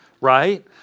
right